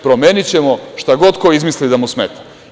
Promenićemo šta god ko izmisli da mu smeta.